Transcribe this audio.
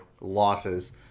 losses